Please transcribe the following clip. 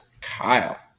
Kyle